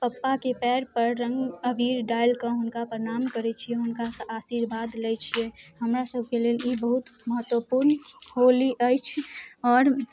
पप्पाके पाएरपर रङ्ग अबीर डालिकऽ हुनका परनाम करै छिए हुनकासँ आशीर्वाद लै छिए हमरासबके लेल ई बहुत महत्वपूर्ण होली अछि आओर